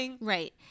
Right